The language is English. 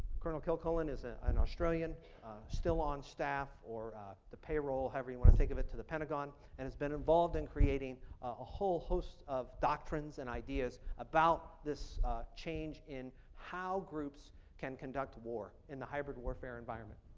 col. kilcullen is ah an australian still on staff or the payroll however you want to think about it to the pentagon and has been involved in creating a whole host of doctrines and ideas about this change in how groups can conduct war in the hybrid warfare environment.